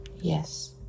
yes